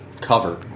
cover